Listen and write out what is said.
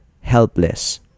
helpless